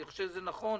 אני חושב שזה נכון,